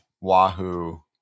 Wahoo